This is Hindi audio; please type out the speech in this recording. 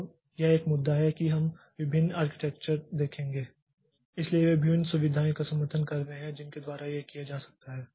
तो यह एक मुद्दा है कि हम विभिन्न आर्किटेक्चर देखेंगे इसलिए वे विभिन्न सुविधाओं का समर्थन कर रहे हैं जिनके द्वारा यह किया जा सकता है